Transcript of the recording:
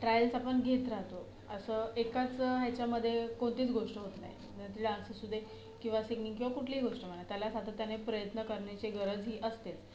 trials आपण घेत राहतो असं एकाच ह्याच्यामध्ये कोणतीच गोष्ट होत नाही मग ते डान्स असू दे किंवा सिंगिंग किंवा कुठलीही गोष्ट म्हणा त्याला सातत्याने प्रयत्न करण्याची गरज ही असतेच